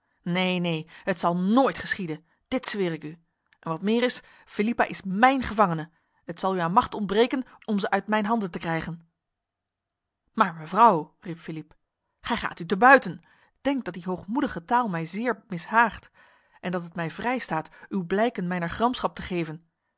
neen neen het zal nooit geschieden dit zweer ik u en wat meer is philippa is mijn gevangene het zal u aan macht ontbreken om ze uit mijn handen te krijgen maar mevrouw riep philippe gij gaat u te buiten denk dat die hoogmoedige taal mij zeer mishaagt en dat het mij vrij staat u blijken mijner gramschap te geven